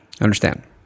Understand